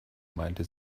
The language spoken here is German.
meinte